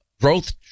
growth